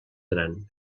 gran